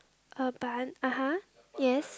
ah but (uh huh) yes